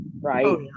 right